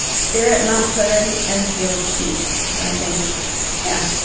stare at mount hood, and feel peace when i think yeah,